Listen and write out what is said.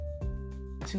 two